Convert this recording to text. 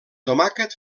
tomàquet